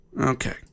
Okay